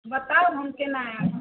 बताउ हम केना आयब